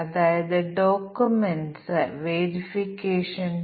അതിനാൽ നമ്മൾ പവർ 3 വരെ പരിഗണിക്കേണ്ടതുണ്ട്